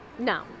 No